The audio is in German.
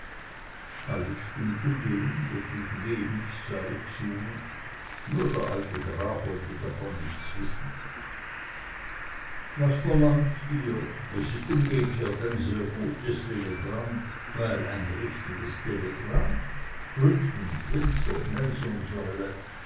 alles stimmte dem daß es wenig sei zu nur der alte graf wollte davon nichts wissen was verlangt ihr es ist umgekehrt ein sehr gutes telegramm weil ein richtiges telegramm richmond windsor nelsonsäule